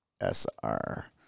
S-R